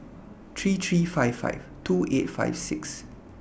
three three five five two eight five six